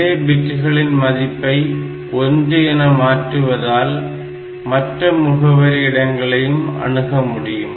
இதே பிட்டுகளின் மதிப்பை 1 என மாற்றுவதால் மற்ற முகவரி இடங்களையும் அணுகமுடியும்